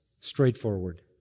straightforward